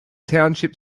township